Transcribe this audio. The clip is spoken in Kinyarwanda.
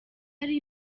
ari